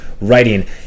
writing